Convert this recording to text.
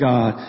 God